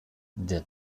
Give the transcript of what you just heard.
der